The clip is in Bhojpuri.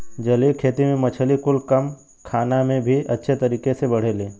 जलीय खेती में मछली कुल कम खाना में भी अच्छे तरीके से बढ़ेले